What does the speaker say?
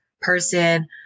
person